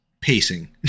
pacing